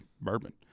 bourbon